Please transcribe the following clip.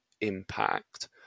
impact